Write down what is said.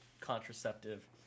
contraceptive